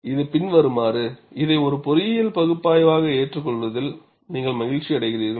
இது பின்வருமாறு இதை ஒரு பொறியியல் பகுப்பாய்வு ஆக ஏற்றுக்கொள்வதில் நீங்கள் மகிழ்ச்சியடைகிறீர்கள்